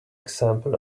example